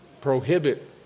prohibit